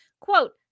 Quote